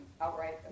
outright